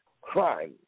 crime